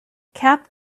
cap